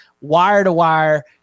Wire-to-wire